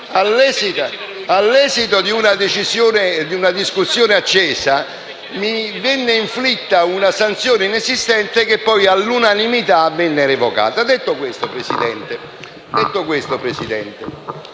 all'esito di una discussione accesa, mi venne inflitta una sanzione inesistente che poi all'unanimità venne revocata. Detto questo, Presidente,